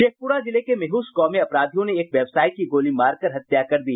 शेखपुरा जिले के मेहुष गांव में अपराधियों ने एक व्यवसायी की गोली मारकर हत्या कर दी